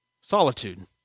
solitude